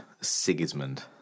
Sigismund